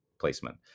placement